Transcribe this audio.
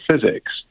physics